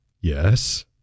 Yes